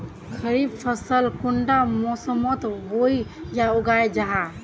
खरीफ फसल कुंडा मोसमोत बोई या उगाहा जाहा?